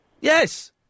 Yes